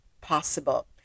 possible